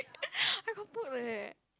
I got put leh